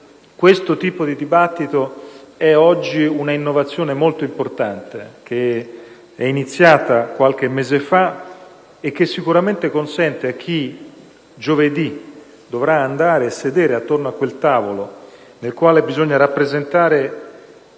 questo tipo di dibattito è oggi un'innovazione molto importante, che è iniziata qualche mese fa, e che sicuramente darà, a chi giovedì dovrà andare a sedersi attorno a quel tavolo - nel quale bisogna rappresentare